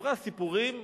סיפרה סיפורים.